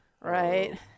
right